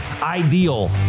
ideal